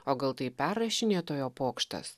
o gal tai perrašinėtojo pokštas